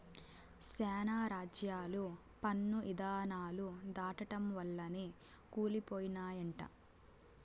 శానా రాజ్యాలు పన్ను ఇధానాలు దాటడం వల్లనే కూలి పోయినయంట